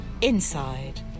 inside